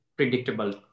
Predictable